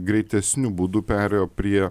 greitesniu būdu perėjo prie